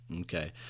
Okay